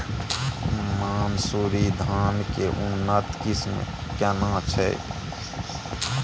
मानसुरी धान के उन्नत किस्म केना छै?